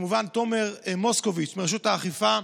וכמובן לתומר מוסקוביץ' מרשות האכיפה,